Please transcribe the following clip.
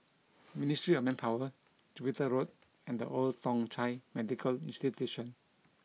Ministry of Manpower Jupiter Road and The Old Thong Chai Medical Institution